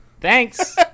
Thanks